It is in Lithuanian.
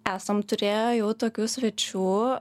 esam turėję jau tokių svečių